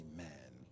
Amen